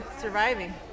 surviving